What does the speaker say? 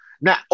now